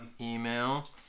email